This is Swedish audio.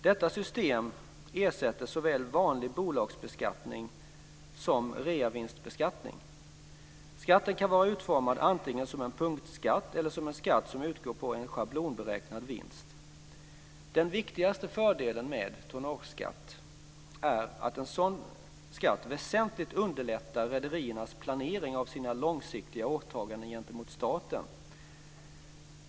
Detta system ersätter såväl vanlig bolagsbeskattning som reavinstbeskattning. Skatten kan vara utformad antingen som en punktskatt eller som en skatt som utgår på en schablonberäknad vinst. Den viktigaste fördelen med tonnageskatt är att en sådan skatt väsentligt underlättar rederiernas planering av sina långsiktiga åtaganden gentemot staten.